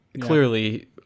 clearly